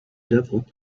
devil